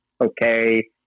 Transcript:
Okay